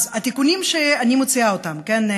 אז התיקונים שאני מציעה, כן?